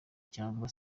cyangwa